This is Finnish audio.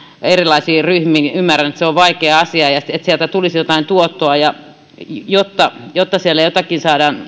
erilaisiin ryhmiin ymmärrän että se on vaikea asia ja jotta sieltä tulisi jotain tuottoa ja siellä saadaan joitakin